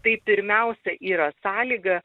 tai pirmiausia yra sąlyga